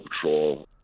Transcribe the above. Patrol